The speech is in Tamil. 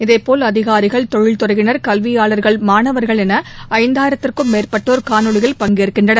இதே போல் அதிகாரிகள் தொழில் துறையினர் கல்வியாளர்கள் மாணவர்கள் என ஐந்தாயிரத்திற்கும் மேற்பட்டோர் காணொலியில் பங்கேற்கின்றனர்